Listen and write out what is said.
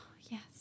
yes